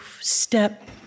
step